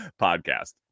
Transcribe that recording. podcast